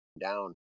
down